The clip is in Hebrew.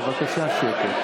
בבקשה שקט.